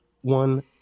one